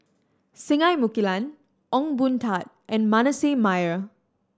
Singai Mukilan Ong Boon Tat and Manasseh Meyer